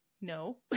no